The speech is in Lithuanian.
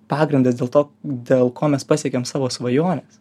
pagrindas dėl to dėl ko mes pasiekėm savo svajones